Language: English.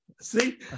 See